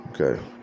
okay